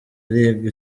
ariga